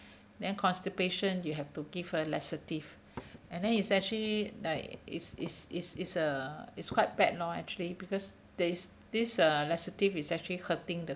then constipation you have to give her laxative and then it's actually like it's it's it's it's uh it's quite bad lor actually because there's this uh laxative is actually hurting the